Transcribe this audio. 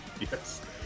Yes